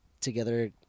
together